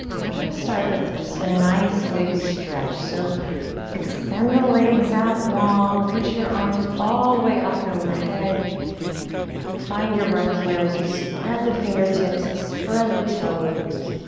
and we're gonna start with just a nice big stretch. so extend the legs out long. reach your arms all the way up and overhead and find your breath here as you spread the fingertips, spread the toes.